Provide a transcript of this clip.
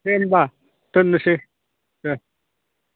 दे होनबा दोननोसै दे